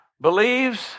believes